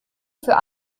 für